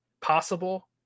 possible